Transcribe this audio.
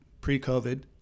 pre-COVID